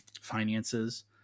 finances